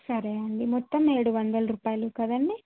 సరే అండి మొత్తం ఏడువందలు రూపాయలు కదండి